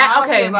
okay